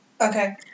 Okay